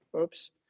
Oops